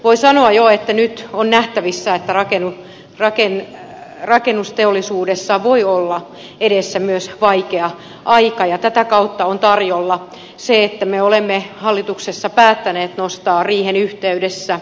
voi sanoa jo että nyt on nähtävissä että rakennusteollisuudessa voi olla edessä myös vaikea aika ja tätä kautta on tarjolla se että me olemme hallituksessa päättäneet nostaa riihen yhteydessä